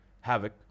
havoc